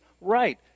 right